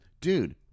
Dude